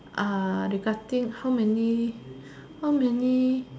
regarding how many how many